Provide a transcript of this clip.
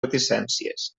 reticències